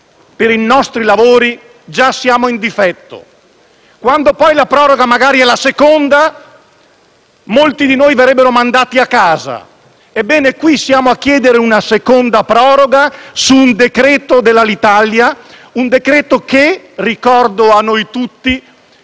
per i nostri lavori, già siamo in difetto e quando poi la proroga magari è la seconda, molti di noi verrebbero mandati a casa. Ebbene, qui siamo a chiedere una seconda proroga su un decreto per Alitalia che - ricordo a noi tutti